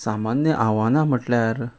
सामान्य आव्हानां म्हटल्यार